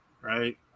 right